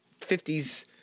50s